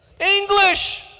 English